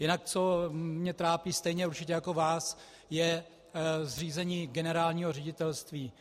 Jinak co mě trápí určitě stejně jako vás, je zřízení generálního ředitelství.